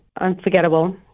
unforgettable